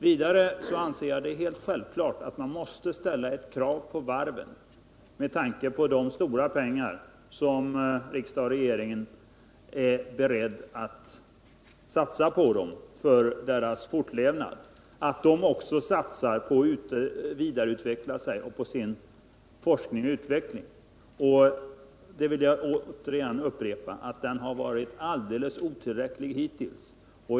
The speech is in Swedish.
Vidare är det enligt min mening helt självklart att man, med tanke på de stora pengar som riksdag och regering är beredda att satsa på varven, måste ställa det kravet på dem för deras egen fortlevnad att de satsar på sin forskning och utveckling. Jag vill återigen upprepa att dessa strävanden har varit alldeles otillräckliga hittills.